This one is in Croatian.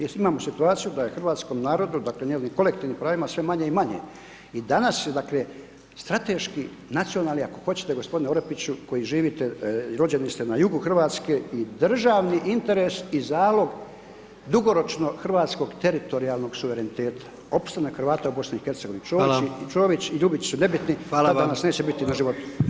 Jer imamo situaciju da je Hrvatskom narodu, dakle, njegovim kolektivnim pravima, sve manje i manje i danas dakle, strateški nacionalni, ako hoćete g. Orepiću koji živite i rođeni ste na jugu Hrvatske i državni interes i zalog, dugoročno hrvatskog teritorijalnog suvereniteta, opstanak Hrvata u BIH, Čović i Ljubić su nebiti, tako da vas neće biti na životu.